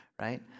right